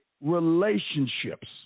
relationships